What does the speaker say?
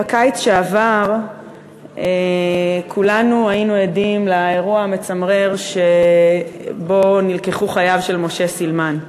בקיץ שעבר כולנו היינו עדים לאירוע המצמרר שבו נלקחו חייו של משה סילמן.